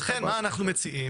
ולכן מה אנחנו מציעים?